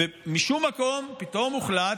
ומשום מקום פתאום הוחלט,